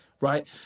right